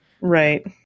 right